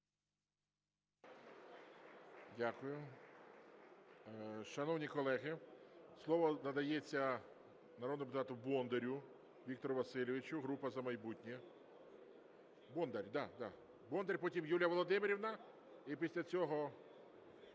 Дякую. Шановні колеги, слово надається народному депутату Бондарю Віктору Васильовичу, група "За майбутнє". Бондар, да. Бондар. Потім Юлія Володимирівна. І після цього